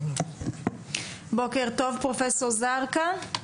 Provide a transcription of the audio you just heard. בוקר טוב פרופ' זרקא.